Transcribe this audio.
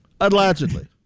Allegedly